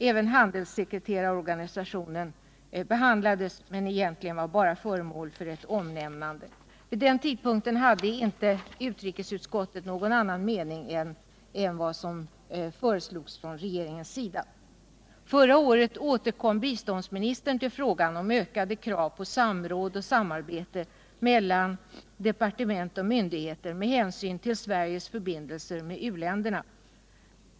Även handelssekreterarorganisationen behandlades men blev egentligen bara föremål för ett omnämnande. Vid den tidpunkten hade inte utrikesutskottet någon annan mening utan anslöt sig till vad som föreslogs från regeringens sida. Förra året återkom biståndsministern till frågan om ökade krav på samråd och samarbete mellan departement och myndigheter med hänsyn till Sveriges förbindelser med u-länderna.